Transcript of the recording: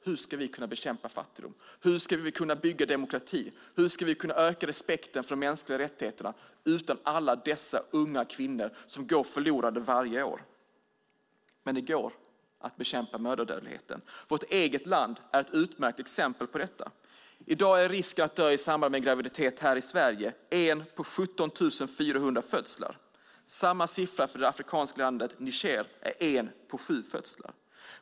Hur ska vi kunna bekämpa fattigdom, hur ska vi kunna bygga demokrati och hur ska vi kunna öka respekten för de mänskliga rättigheterna utan alla dessa unga kvinnor som går förlorade varje år? Men det går att bekämpa mödradödligheten. Vårt eget land är ett utmärkt exempel på detta. I dag är risken att dö i samband med en graviditet här i Sverige 1 på 17 400 födslar. Samma siffra för det afrikanska landet Niger är 1 på 7 födslar.